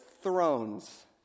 thrones